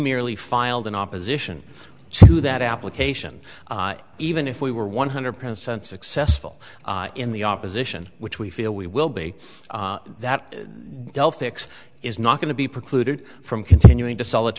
merely filed in opposition to that application even if we were one hundred percent successful in the opposition which we feel we will be that dell fix is not going to be precluded from continuing to s